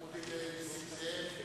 חבר הכנסת טלב אלסאנע.